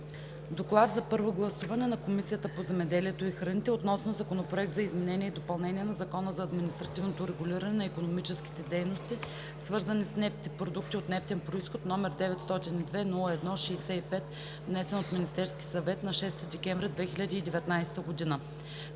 „ДОКЛАД за първо гласуване на Комисията по земеделието и храните относно Законопроект за изменение и допълнение на Закона за административното регулиране на икономическите дейности, свързани с нефт и продукти от нефтен произход, № 902-01-65, внесен от Министерския съвет на 6 декември 2019 г.